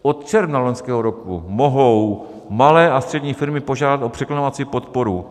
Od června loňského roku mohou malé a střední firmy požádat o překlenovací podporu.